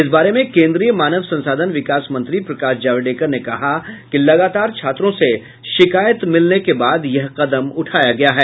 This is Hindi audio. इस बारे में केंद्रीय मानव संसाधन विकास मंत्री प्रकाश जावड़ेकर ने कहा कि लगातार छात्रों से शिकायत मिलने के बाद यह कदम उठाया गया है